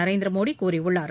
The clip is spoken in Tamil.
நரேந்திர மோடி கூறியுள்ளார்